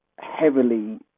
heavily